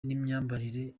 n’imyambarire